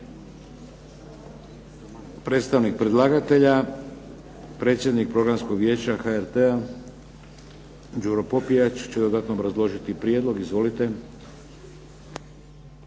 Predstavnik predlagatelja predsjednik Programskog vijeća HRT-a, Đuro Popijač će dodatno obrazložiti prijedlog. Izvolite.